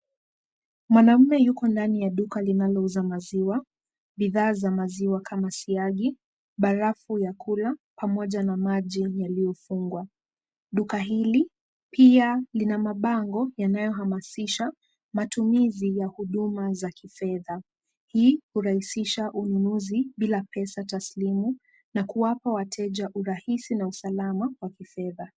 Mwanaume yuko ndani ya duka linalouza maziwa, bidhaa za maziwa kama siagi, barafu ya kula pamoja na maji yaliyofungwa. Duka hili pia lina mabango yanayohamasisha matumizi ya huduma za kifedha. Hii hurahisisha ununuzi bila pesa taslimu na kuwapa wateja urahisi na usalama wa kifedha.